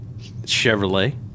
Chevrolet